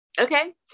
Okay